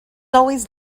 always